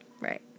Right